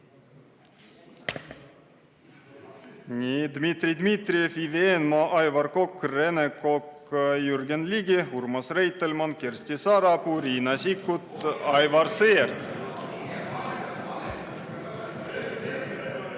nimed: Dmitri Dmitrijev, Ivi Eenmaa, Aivar Kokk, Rene Kokk, Jürgen Ligi, Urmas Reitelmann, Kersti Sarapuu, Riina Sikkut, Aivar Sõerd. (Saalist